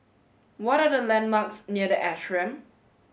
what are the landmarks near The Ashram